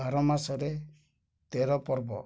ବାର ମାସରେ ତେର ପର୍ବ